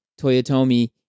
Toyotomi